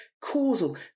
causal